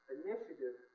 initiative